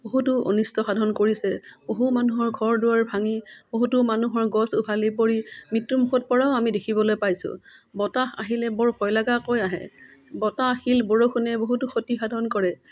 বহুতো অনিষ্ট সাধন কৰিছে বহু মানুহৰ ঘৰ দুৱাৰ ভাঙি বহুতো মানুহৰ গছ উঘালি পৰি মৃত্যুমুখতপৰাও আমি দেখিবলৈ পাইছোঁ বতাহ আহিলে বৰ ভয়লগাকৈ আহে বতাহ শিল বৰষুণে বহুতো ক্ষতি সাধন কৰে